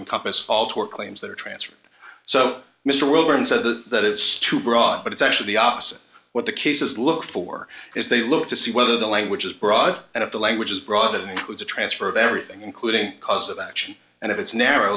encompass all tort claims that are transferred so mr world and so that it's too broad but it's actually the opposite of what the cases look for is they look to see whether the language is broad and if the language is broad that includes a transfer of everything including cause of action and it's narrow